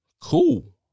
Cool